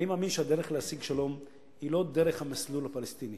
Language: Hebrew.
אני מאמין שהדרך להשיג שלום היא לא דרך המסלול הפלסטיני,